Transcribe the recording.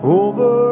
over